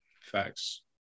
facts